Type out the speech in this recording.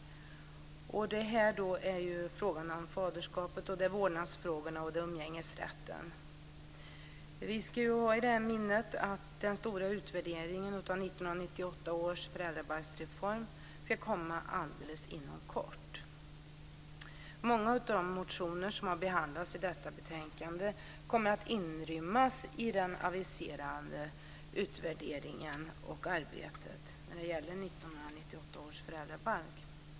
I betänkandet behandlas faderskapsfrågor, vårdnadsfrågor och frågor om umgängesrätt. Vi ska ha i minnet att den stora utvärderingen av 1998 års föräldrabalksreform kommer inom kort. Många av de motioner som behandlas i betänkandet kommer att inrymmas i den aviserade utvärderingen och arbetet som gäller 1998 års föräldrabalk.